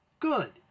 Good